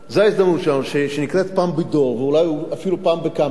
שנקרית פעם בדור ואולי אפילו פעם בכמה דורות,